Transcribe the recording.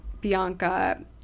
Bianca